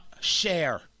share